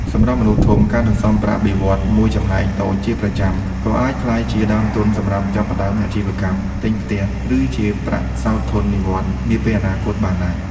សម្រាប់មនុស្សធំ ការសន្សំប្រាក់បៀវត្សរ៍មួយចំណែកតូចជាប្រចាំ ក៏អាចក្លាយជាដើមទុនសម្រាប់ចាប់ផ្តើមអាជីវកម្ម ទិញផ្ទះ ឬជាប្រាក់សោធននិវត្តន៍នាពេលអនាគតបានដែរ។